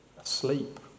asleep